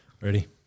ready